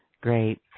Great